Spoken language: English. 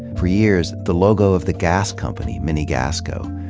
for years, the logo of the gas company, minnegasco,